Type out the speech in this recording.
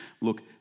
Look